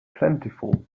plentiful